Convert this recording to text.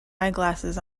eyeglasses